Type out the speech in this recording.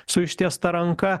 su ištiesta ranka